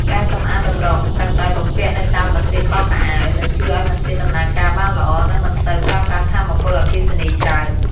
ការសម្អាតតម្រងទឹកដែលបំពាក់នៅតាមម៉ាស៊ីនបោកខោអាវ នឹងជួយឱ្យម៉ាស៊ីនដំណើរការបានល្អ និងមិនសូវប្រើប្រាស់ថាមពលអគ្គិសនីច្រើន។